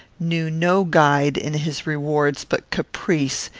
knew no guide in his rewards but caprice,